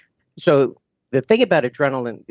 so the thing about adrenaline,